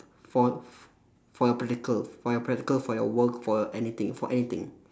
for for your practical for your practical for your work for anything for anything